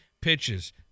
pitches